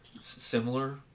similar